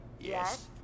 Yes